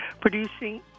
producing